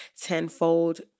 tenfold